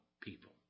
people